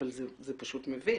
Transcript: אבל זה פשוט מביך.